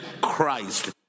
Christ